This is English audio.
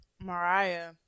Mariah